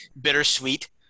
bittersweet